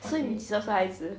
所以你几时要生孩子